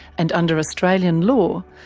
and under australian law,